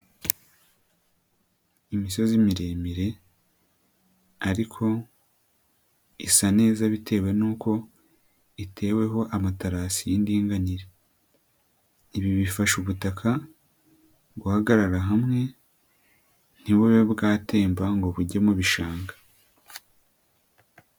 Imisozi miremire ariko isa neza bitewe n'uko iteweho amaterasi y'indinganire. ibi bifasha ubutaka guhagarara hamwe ntibube bwatemba ngo bujye mu bishanga.